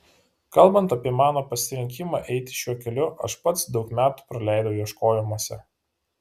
kalbant apie mano pasirinkimą eiti šiuo keliu aš pats daug metų praleidau ieškojimuose